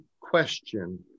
question